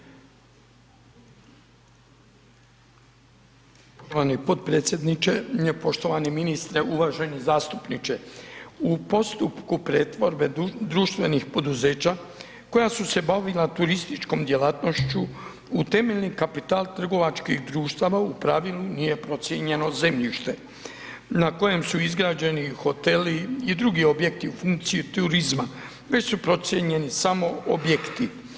Poštovani potpredsjedniče, poštovani ministre, uvaženi zastupniče, u postupku pretvorbe društvenih poduzeća koja su se bavila turističkom djelatnošću u temeljni kapital trgovačkih društava u pravilu nije procijenjeno zemljište na kojem su izgrađeni hoteli i drugi objekti u funkciji turizma, već su procijenjeni samo objekti.